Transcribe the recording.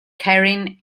karin